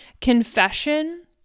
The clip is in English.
confession